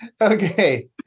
Okay